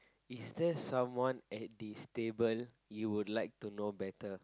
is there someone at this table you would like to know better